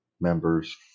members